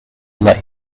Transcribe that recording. let